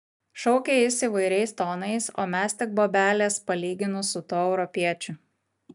šaukė jis įvairiais tonais o mes tik bobelės palyginus su tuo europiečiu